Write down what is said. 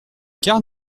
car